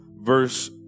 verse